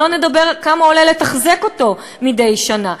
שלא לדבר כמה עולה לתחזק אותו מדי שנה,